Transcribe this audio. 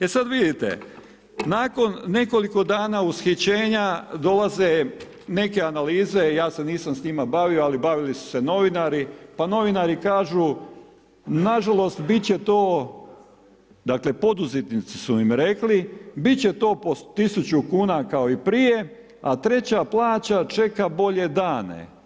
E sad vidite, nakon nekoliko dana ushićenja dolaze neke analize, ja se nisam s njima bavio, ali bavili su se novinari, pa novinari kažu nažalost biti će to, dakle, poduzetnici su im rekli, biti će to po 1.000,00 kn, kao i prije, a treća plaća čeka bolje dane.